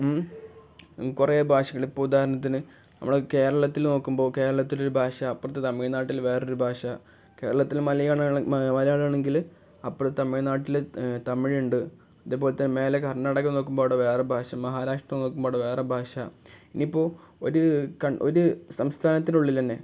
കുറേ ഭാഷകൾ ഇപ്പം ഉദാഹരണത്തിന് നമ്മൾ കേരളത്തിൽ നോക്കുമ്പോൾ കേരളത്തിലൊരു ഭാഷ അപ്പുറത്തെ തമിഴ്നാട്ടിൽ വേറൊരു ഭാഷ കേരളത്തിൽ മലയാള മലയാളമാണെങ്കിൽ അപ്പുറത്തെ തമിഴ്നാട്ടിൽ തമിഴുണ്ട് അതേപോലെ തന്നെ മേലേ കർണാടകം നോക്കുമ്പോൾ അവിടെ വേറെ ഭാഷ മഹാരാഷ്ട്രം നോക്കുമ്പോൾ അവിടെ വേറെ ഭാഷ ഇനിയിപ്പോൾ ഒരു കൺ ഒരു സംസ്ഥാനത്തിനുള്ളിൽ തന്നെ